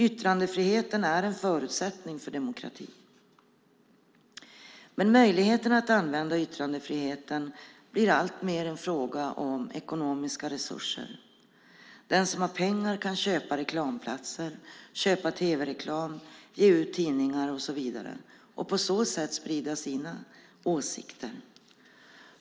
Yttrandefriheten är en förutsättning för demokrati. Men möjligheterna att använda yttrandefriheten blir alltmer en fråga om ekonomiska resurser. Den som har pengar kan köpa reklamplatser, köpa tv-reklam, ge ut tidningar och så vidare och på så sätt sprida sina åsikter.